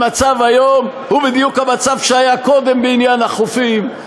המצב היום הוא בדיוק המצב שהיה קודם בעניין החופים,